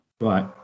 Right